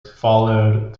followed